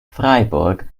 freiburg